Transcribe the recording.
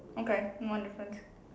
okay one difference